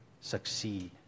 succeed